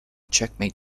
checkmate